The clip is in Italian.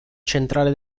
centrale